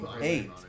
eight